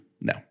No